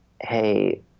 hey